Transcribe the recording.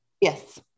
Yes